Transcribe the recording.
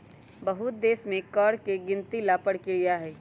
बहुत देश में कर के गिनती ला परकिरिया हई